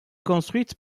construite